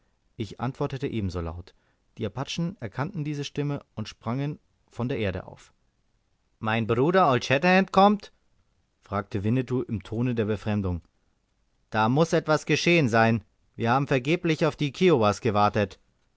ich antwortete ebenso laut die apachen erkannten diese stimme und sprangen von der erde auf mein bruder old shatterhand kommt fragte winnetou im tone der befremdung da muß etwas geschehen sein wir haben vergeblich auf die kiowas gewartet